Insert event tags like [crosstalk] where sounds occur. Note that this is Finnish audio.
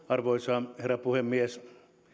[unintelligible] arvoisa herra puhemies